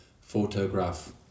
photograph